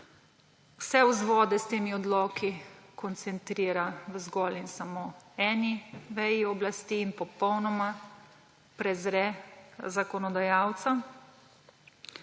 vse vzvode s temi odloki koncentrira v zgolj in samo eni veji oblasti in popolnoma prezre zakonodajalca,